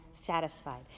satisfied